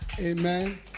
Amen